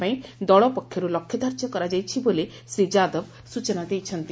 ପାଇଁ ଦଳ ପକ୍ଷରୁ ଲକ୍ଷ୍ୟ ଧାର୍ଯ୍ୟ କରାଯାଇଛି ବୋଲି ଶ୍ରୀ ଯାଦବ ସ୍ଚନା ଦେଇଛନ୍ତି